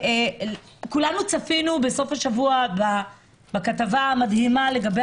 כולנו צפינו בסוף השבוע בכתבה המדהימה לגבי